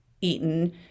eaten